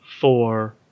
four